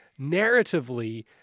narratively